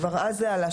וכבר אז זה עלה,